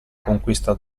conquista